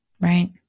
Right